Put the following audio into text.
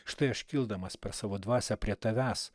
štai aš kildamas per savo dvasią prie tavęs